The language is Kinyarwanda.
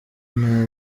nta